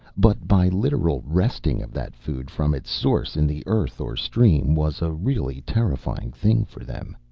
but by literal wresting of that food from its source in the earth or stream was a really terrifying thing for them.